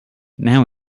now